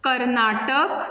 Karnataka